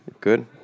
Good